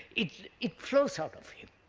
it it flows out of him.